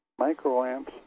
microamps